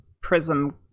prism